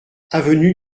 avenue